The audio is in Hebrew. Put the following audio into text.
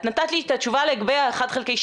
את נתת לי את התשובה לגבי ה-1/12.